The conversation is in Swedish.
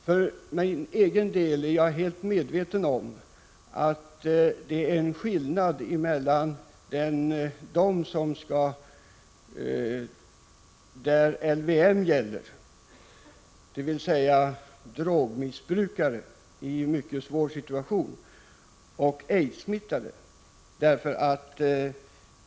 För min egen del vill jag säga att jag är helt medveten om att det är en skillnad mellan de fall där LVM gäller, dvs. drogmissbrukare i en mycket svår situation, och aidssmittade.